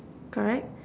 correct